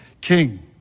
king